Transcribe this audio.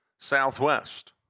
Southwest